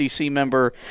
member